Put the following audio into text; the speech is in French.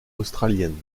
australiennes